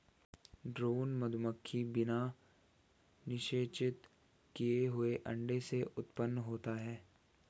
drone मधुमक्खी बिना निषेचित किए हुए अंडे से उत्पन्न होता है